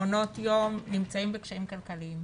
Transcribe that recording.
מעונות יום, נמצאים בקשיים כלכליים.